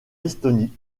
estonie